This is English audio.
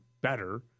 better